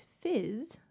fizz